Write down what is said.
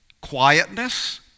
quietness